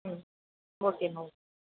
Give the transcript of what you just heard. ம் ஓகேம் மா ஓகே